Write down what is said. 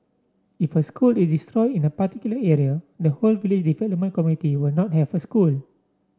if a school is destroyed in a particular area the whole village development committee will not have a school